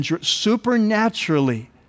supernaturally